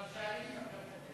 מרשה לי לדבר?